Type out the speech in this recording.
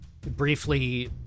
briefly